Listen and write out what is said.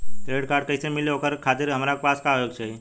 Credit card कैसे मिली और ओकरा खातिर हमरा पास का होए के चाहि?